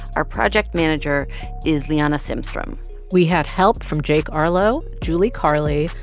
our project manager is liana simstrom we had help from jake arlow, julie carli,